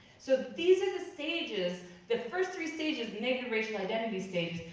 so these are the stages, the first three stages, negative racial identity stages,